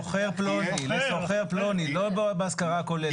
לשוכר פלוני, לא בהשכרה כוללת.